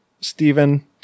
Stephen